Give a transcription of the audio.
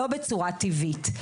לא בצורה טבעית.